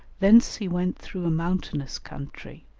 thence he went through mountainous country,